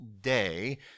day